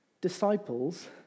disciples